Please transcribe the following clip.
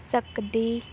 ਸਕਦੇ